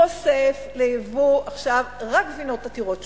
חושף ליבוא עכשיו רק גבינות עתירות שומן.